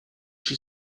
she